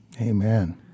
Amen